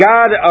God